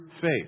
faith